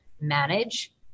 manage